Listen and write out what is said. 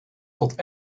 tot